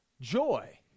joy